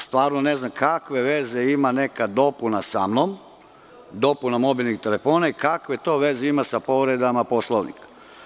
Stvarno ne znam kakve veze ima neka dopuna sa mnom, dopuna mobilnih telefona i kakve to veze ima sa povredama Poslovnika.